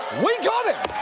we got him!